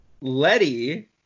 letty